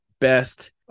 best